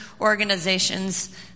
organizations